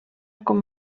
com